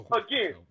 again